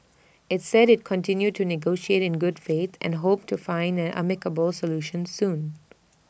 IT said IT continued to negotiate in good faith and hoped to find an amicable solution soon